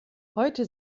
heute